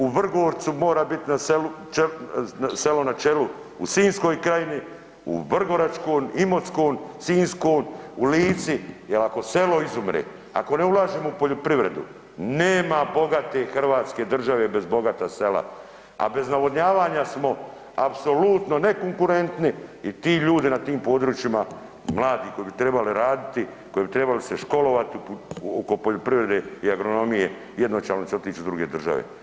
U Vrgorcu mora biti na selu, selo na čelu, u Sinjskoj krajini, u vrgoračkom, imotskom, sinjskom, u Lici jel ako selo izumre, ako ne ulažemo u poljoprivredu nema bogate hrvatske države bez bogata sela, a bez navodnjavanja smo apsolutno nekonkurentni i ti ljudi na tim područjima, mladi koji bi trebali raditi, koji bi trebali se školovati oko poljoprivrede i agronomije jednostavno će otići u druge države.